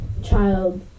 child